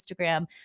Instagram